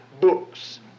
books